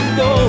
go